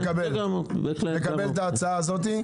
מקבל את ההצעה הזאת.